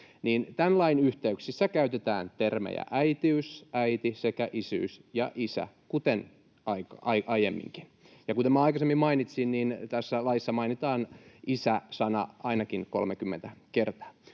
kumoamista, yhteyksissä käytetään termejä ”äitiys”, ”äiti” sekä ”isyys” ja ”isä”, kuten aiemminkin. Ja kuten aikaisemmin mainitsin, tässä laissa mainitaan isä-sana ainakin 30 kertaa.